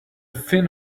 fin